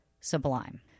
Sublime